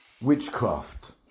witchcraft